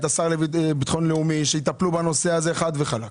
את השר לביטחון לאומי שיטפלו בזה חד וחלק.